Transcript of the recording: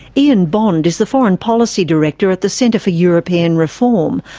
ian bond is the foreign policy director at the centre for european reform,